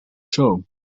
show